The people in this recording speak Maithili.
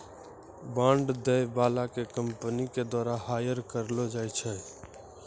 बांड दै बाला के कंपनी के द्वारा हायर करलो जाय छै